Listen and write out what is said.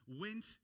went